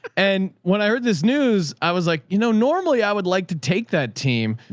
and when i heard this news, i was like, you know, normally i would like to take that team,